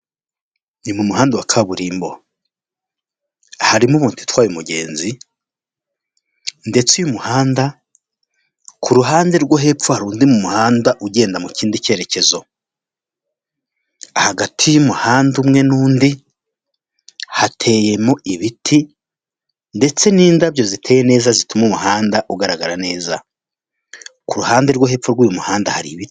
Ni mu muhanda wa kaburimbo, harimo moto itwaye umugenzi ndetse uyu muhanda ku ruhande rwo hepfo hari undi mu muhanda ugenda mu kindi cyerekezo, hagati y'umuhanda umwe n'undi hateyemo ibiti ndetse n'indabyo ziteye zituma umuhanda ugaragara neza, ku ruhande rwo hepfo rw'uyu muhanda hari ibiti.